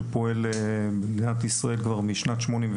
שפועל בישראל משנת 1989,